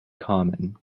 common